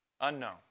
unknown